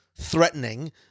threatening